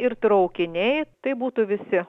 ir traukiniai taip būtų visi